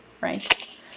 right